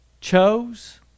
chose